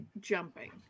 jumping